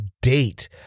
date